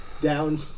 down